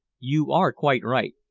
you are quite right.